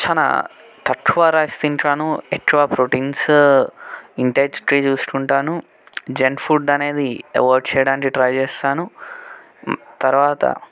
చాలా తక్కువ రైస్ తింటాను ఎక్కువ ప్రోటీన్స్ ఇన్టేక్స్కి చూసుకుంటాను జంక్ ఫుడ్ అనేది అవాయిడ్ చేయడానికి ట్రై చేస్తాను తరువాత